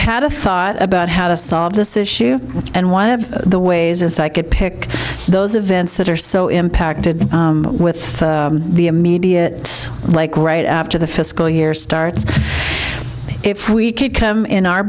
had a thought about how to solve this issue and one of the ways as i could pick those events that are so impacted with the immediate like right after the fiscal year starts if we could come in our